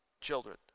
children